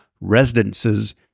residences